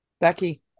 becky